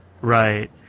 Right